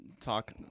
talk